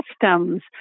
Customs